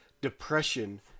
depression